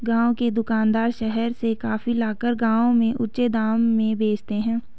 गांव के दुकानदार शहर से कॉफी लाकर गांव में ऊंचे दाम में बेचते हैं